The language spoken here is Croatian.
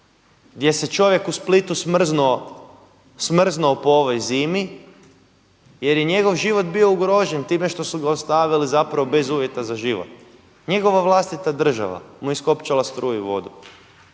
gdje se čovjek u Splitu smrznu po ovoj zimi jer je njegov život bio ugrožen time što su ga ostavili zapravo bez uvjeta za život. Njegova vlastita država mu je iskopčala struju i vodu.